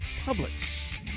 Publix